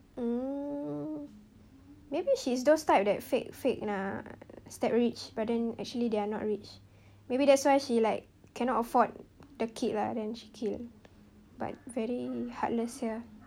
mm maybe she's those type that fake fake lah state rich but actually they are not rich maybe that's why she like cannot afford the kid lah then she kill but very heartless [sial]